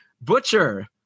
Butcher